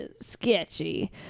sketchy